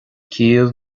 ciall